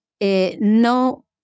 no